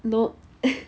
nope